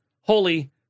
Holy